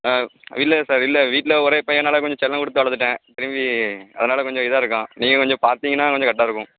ஆ இல்லை சார் இல்லை வீட்டில் ஒரே பையன்னால கொஞ்சம் செல்லம் கொடுத்து வளர்த்துட்டேன் திரும்பி அதனால கொஞ்சம் இதாக இருக்கான் நீங்கள் கொஞ்சம் பார்த்தீங்கன்னா கொஞ்சம் கரெக்டாக இருக்கும்